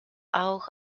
auch